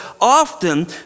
often